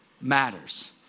matters